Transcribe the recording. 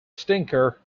stinker